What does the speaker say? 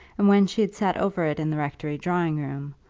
and when she had sat over it in the rectory drawing-room,